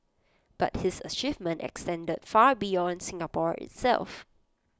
but his achievement extended far beyond Singapore itself